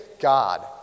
God